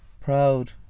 proud